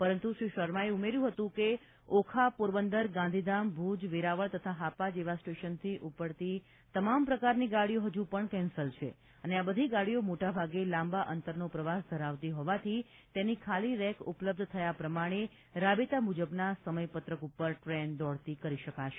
પરંતુ શ્રી શર્માએ ઉમેર્યું હતું કે ઓખા પોરબંદર ગાંધીધામ ભુજ વેરાવળ તથા હાપા જેવા સ્ટેશનથી ઉપડતી તમામ પ્રકારની ગાડીઓ હજુ પણ કેન્સલ છે અને આ બધી ગાડીઓ મોટા ભાગે લાંબા અંતરનો પ્રવાસ ધરાવતી હોવાથી તેની ખાલી રેક ઉપલબ્ધ થયા પ્રમાણે રાબેતા મુજબના સમયપત્રક ઉપર ટ્રેન દોડતી કરી શકાશે